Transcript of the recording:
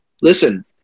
listen